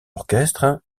orchestre